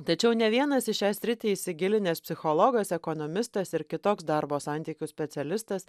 tačiau ne vienas į šią sritį įsigilinęs psichologas ekonomistas ir kitoks darbo santykių specialistas